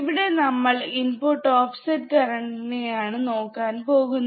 ഇവിടെ നമ്മൾ input offset current ന്നെയാണ് നോക്കാൻ പോകുന്നത്